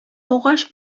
агач